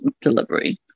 delivery